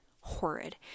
horrid